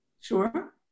Sure